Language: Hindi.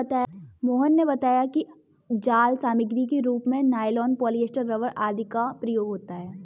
मोहन ने बताया कि जाल सामग्री के रूप में नाइलॉन, पॉलीस्टर, रबर आदि का प्रयोग होता है